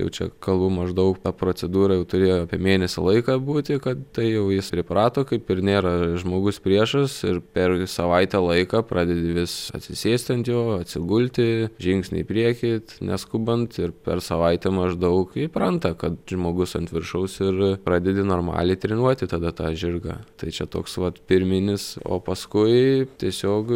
jau čia kalbu maždaug ta procedūra jau turėjo apie mėnesį laiko būti kad tai jau jis priprato kaip ir nėra žmogus priešas ir per savaitę laiko pradedi vis atsisėsti ant jo atsigulti žingsnį į priekį neskubant ir per savaitę maždaug įpranta kad žmogus ant viršaus ir pradedi normaliai treniruoti tada tą žirgą tai čia toks vat pirminis o paskui tiesiog